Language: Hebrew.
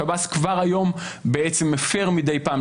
שירות בתי הסוהר כבר היום מפר מדי פעם,